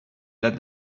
that